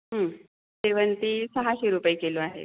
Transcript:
शेवंती सहाशे रुपये किलो आहेत